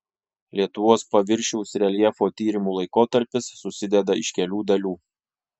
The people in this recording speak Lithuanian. lietuvos paviršiaus reljefo tyrimų laikotarpis susideda iš kelių dalių